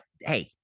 hey